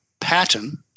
pattern